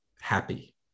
happy